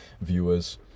viewers